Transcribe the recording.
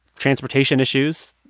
transportation issues,